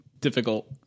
difficult